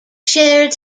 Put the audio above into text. shares